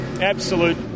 absolute